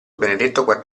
benedetto